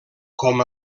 com